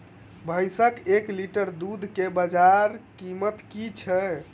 भैंसक एक लीटर दुध केँ बजार कीमत की छै?